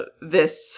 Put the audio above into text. this-